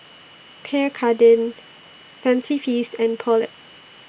Pierre Cardin Fancy Feast and Poulet